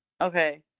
Okay